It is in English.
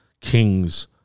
kings